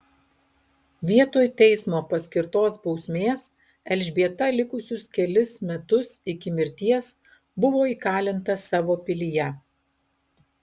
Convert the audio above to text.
vietoj teismo paskirtos bausmės elžbieta likusius kelis metus iki mirties buvo įkalinta savo pilyje